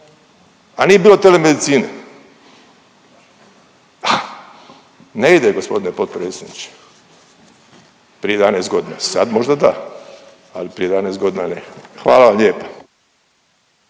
razumije./… medicine. Ne ide gospodine potpredsjedniče prije 11 godina, sad možda da, ali prije 11 godina ne. Hvala vam lijepa.